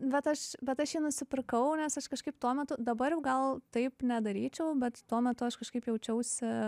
bet aš bet aš jį nusipirkau nes aš kažkaip tuo metu dabar gal taip nedaryčiau bet tuo metu aš kažkaip jaučiausi